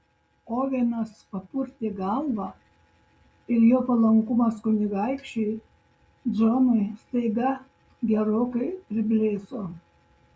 ovenas papurtė galvą ir jo palankumas kunigaikščiui džonui staiga gerokai priblėso